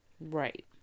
Right